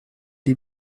die